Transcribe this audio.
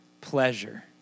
pleasure